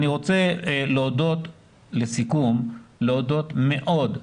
אני לסיכום להודות מאד,